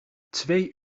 twee